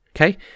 okay